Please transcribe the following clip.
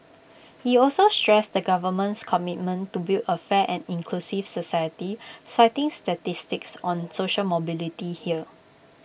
he also stressed the government's commitment to build A fair and inclusive society citing statistics on social mobility here